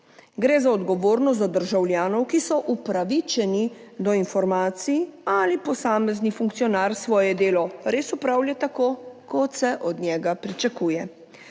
gre za odgovornost do državljanov, ki so upravičeni do informacij ali posamezni funkcionar svoje delo res opravlja tako kot se od njega pričakuje.